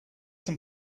some